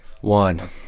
One